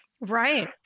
Right